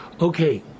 Okay